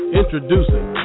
introducing